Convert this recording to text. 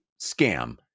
scam